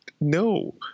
No